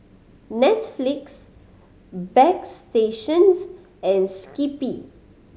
Netflix Bagstationz and Skippy